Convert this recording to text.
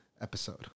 episode